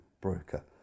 broker